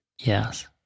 Yes